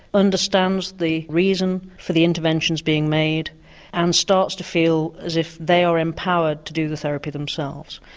understands the reason for the interventions being made and starts to feel as if they are empowered to do the therapy themselves.